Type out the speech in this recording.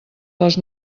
les